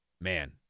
man